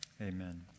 Amen